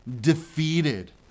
defeated